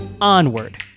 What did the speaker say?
onward